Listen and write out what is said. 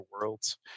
worlds